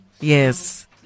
yes